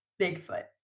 Bigfoot